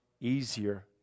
easier